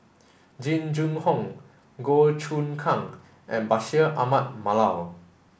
Jing Jun Hong Goh Choon Kang and Bashir Ahmad Mallal